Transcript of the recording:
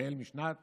החל בשנות